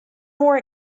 more